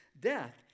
death